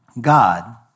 God